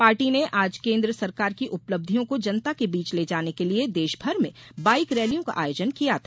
party ने आज केन्द्र सरकार की उपलब्धियों को जनता के बीच ले जाने के लिये देशभर में बाइक रैलियों का आयोजन किया था